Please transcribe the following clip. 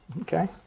okay